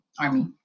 Army